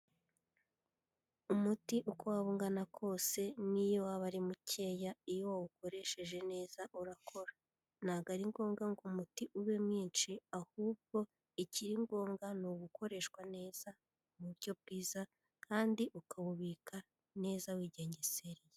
Umuti uko waba ungana kose n'iyo waba ari mukeya iyo uwukoresheje neza urakora, ntabwo ari ngombwa ngo umuti ube mwinshi ahubwo ikiri ngombwa n'ugukoreshwa neza mu buryo bwiza kandi ukawubika neza wigengesereye.